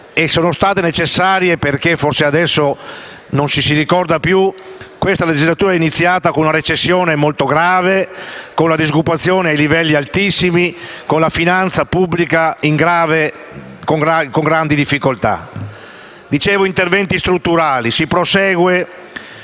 e sono state necessarie perché - forse adesso non lo si ricorda più - questa legislatura è iniziata con una recessione molto grave, con la disoccupazione a livelli altissimi, con la finanza pubblica in grande difficoltà. Ho parlato di interventi strutturali. Si prosegue